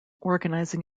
organizing